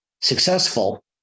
successful